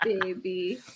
baby